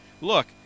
look